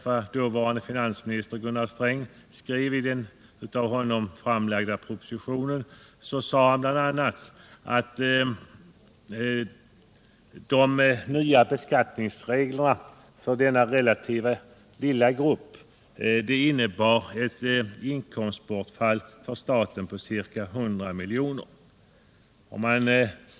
Den dåvarande finansministern Sträng skrev i sin proposition bl.a. att de nya beskattningsreglerna för denna relativt lilla grupp innebar ett inkomstbortfall för staten på ca 100 milj.kr.